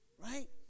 Right